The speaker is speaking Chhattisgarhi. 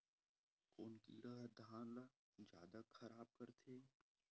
कोन कीड़ा ह धान ल जादा खराब करथे?